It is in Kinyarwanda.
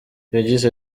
yagize